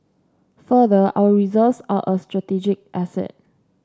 further our reserves are a strategic asset